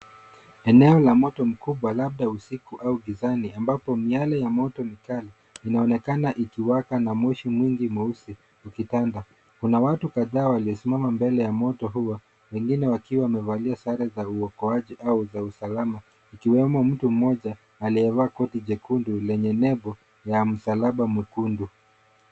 Enao la moto mkubwa labda usiku au gizani ambapo miale ya moto mkali inaonekana ikiwaka na moshi mwingi mweusi ukitanda. Kuna watu kadhaa walio simama mbele ya moto huo , wengine wakiwa wamevalia sare za uokoaji au la usalama. ikiwemo mtu mmoja aliyevalia koti lekundu lenye nebo ya msalaba mwekundu.